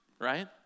right